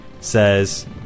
says